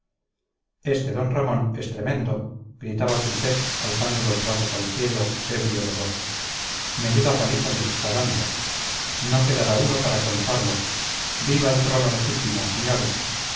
este d ramón es tremendo gritaba putxet alzando los brazos al cielo ebrio de gozo menuda paliza les está dando no quedará uno para contarlo viva el trono legítimo señores